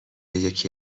یکی